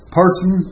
person